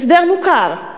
הסדר מוכר: